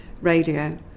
radio